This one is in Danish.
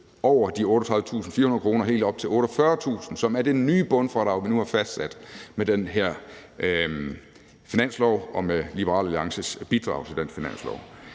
over de 38.400 kr. og helt op til 48.000 kr., som er det nye bundfradrag, vi nu har fastsat med den her finanslov og med Liberal Alliances bidrag til den finanslov.